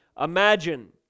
Imagine